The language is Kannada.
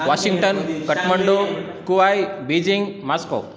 Washington Kathmandu Kuwait Beijing Moscow